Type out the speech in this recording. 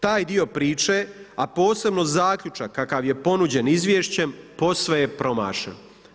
Taj dio priče, a posebno zaključak kakav je ponuđen izvješćem posve je promašen.